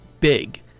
big